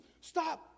Stop